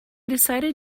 decided